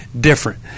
different